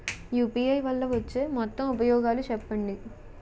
UPI వల్ల వచ్చే మొత్తం ఉపయోగాలు చెప్పండి?